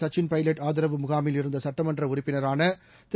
சச்சிள் பைலட் ஆதரவு முகாமில் இருந்த சட்டமன்ற உறுப்பினரான திரு